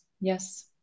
Yes